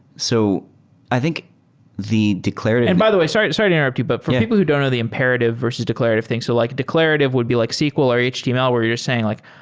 so i think the declarative and by the way. sorry sorry to interrupt you. but for people who don't know the imperative versus declarative things, so like declarative would be like sql or html where you're saying like,